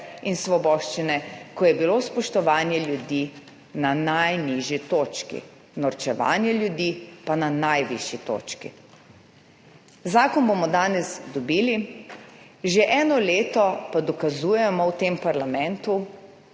in svoboščine, ko je bilo spoštovanje do ljudi na najnižji točki, norčevanje iz ljudi pa na najvišji točki. Zakon bomo danes dobili. Že eno leto pa dokazujemo v tem parlamentu,